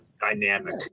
dynamic